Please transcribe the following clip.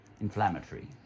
inflammatory